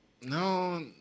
No